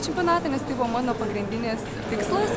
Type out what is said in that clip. čempionatą nes tai buvo mano pagrindinis tikslas